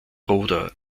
ruder